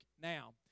Now